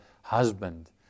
husband